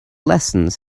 lessons